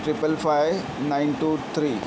triple five nine two three